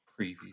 preview